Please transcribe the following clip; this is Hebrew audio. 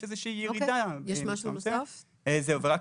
אתם רוצים